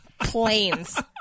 Planes